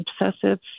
obsessive